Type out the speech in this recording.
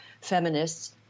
feminists